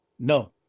No